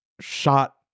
shot